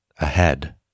ahead